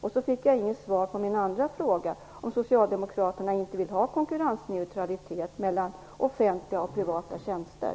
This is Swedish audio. Sedan fick jag inget svar på min andra fråga om socialdemokraterna inte vill ha konkurrensneutralitet mellan offentliga och privata tjänster.